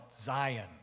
Zion